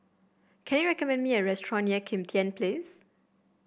can you recommend me a restaurant near Kim Tian Place